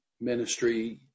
ministry